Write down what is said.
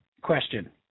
Question